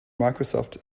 microsoft